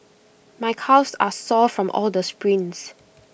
my calves are sore from all the sprints